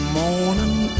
morning